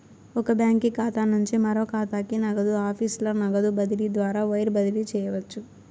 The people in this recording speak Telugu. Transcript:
ఒక బాంకీ ఖాతా నుంచి మరో కాతాకి, నగదు ఆఫీసుల నగదు బదిలీ ద్వారా వైర్ బదిలీ చేయవచ్చు